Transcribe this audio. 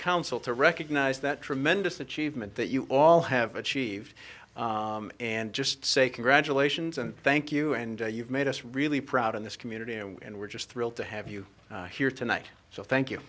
council to recognize that tremendous achievement that you all have achieved and just say congratulations and thank you and you've made us really proud in this community and we're just thrilled to have you here tonight so thank you